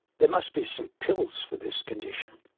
there must be some pills for this condition.